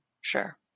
Sure